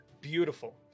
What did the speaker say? Beautiful